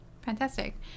Fantastic